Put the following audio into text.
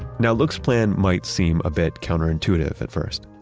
now, look's plan might seem a bit counterintuitive at first.